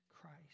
Christ